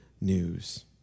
news